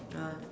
ya